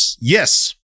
Yes